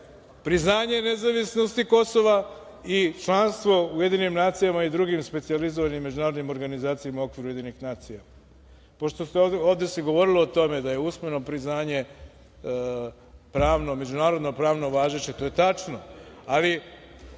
priznanje nezavisnosti Kosova i članstvo u UN i drugim specijalizovanim međunarodnim organizacijama u okviru UN.Pošto se ovde govorilo o tome da je usmeno priznanje međunarodno pravno važeće, to je tačno, ali